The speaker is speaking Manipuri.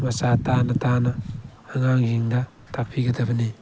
ꯃꯆꯥ ꯇꯥꯅ ꯇꯥꯅ ꯑꯉꯥꯡꯁꯤꯡꯗ ꯇꯥꯛꯄꯤꯒꯗꯕꯅꯤ